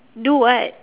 do what